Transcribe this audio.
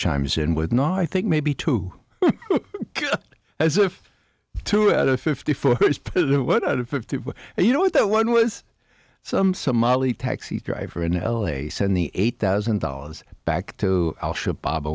chimes in with not i think maybe two as if to add a fifty four out of fifty and you know what that one was some somali taxi driver in l a said the eight thousand dollars back to al